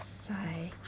sigh